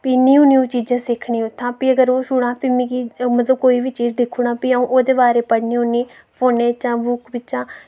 फ्ही new new चीजां सिक्खनी उत्थां फ्ही अगर ओ शोड़ां फ्ही मिकी मतलब कोई बी चीज दिक्खुड़ा फ्ही आऊं ओह्दे बारे पढ़नी होन्नी फोने चा बुक चा